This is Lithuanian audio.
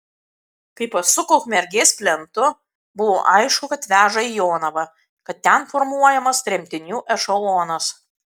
kai pasuko ukmergės plentu buvo aišku kad veža į jonavą kad ten formuojamas tremtinių ešelonas